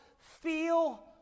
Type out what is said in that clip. Feel